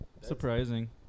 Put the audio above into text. Surprising